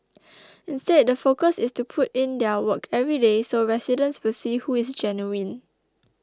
instead the focus is to put in their work every day so residents will see who is genuine